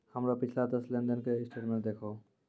हमरो पिछला दस लेन देन के स्टेटमेंट देहखो